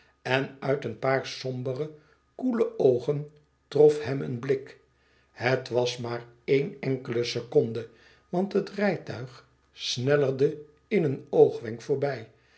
en uit een paar sombere koele oogen trof hem een blik het was maar éen enkele seconde want het rijtuig snellerde in een oogwenk voorbij